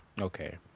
Okay